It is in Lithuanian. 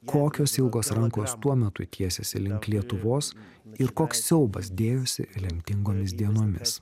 kokios ilgos rankos tuo metu tiesėsi link lietuvos ir koks siaubas dėjosi lemtingomis dienomis